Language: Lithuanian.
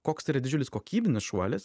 koks tai yra didžiulis kokybinis šuolis